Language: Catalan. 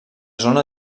zona